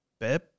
Bip